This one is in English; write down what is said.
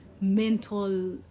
mental